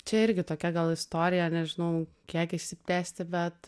čia irgi tokia gal istorija nežinau kiek išsitęsti bet